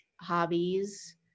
hobbies